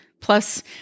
Plus